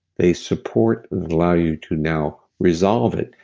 they support and allow you to now resolve it.